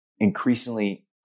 Increasingly